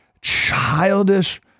childish